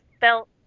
felt